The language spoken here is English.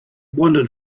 wandered